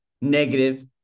negative